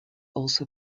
also